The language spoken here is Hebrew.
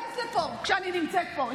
פשוט אל תיכנס לפה כשאני נמצאת פה,